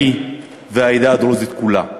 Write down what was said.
אני והעדה הדרוזית כולה,